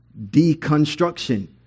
deconstruction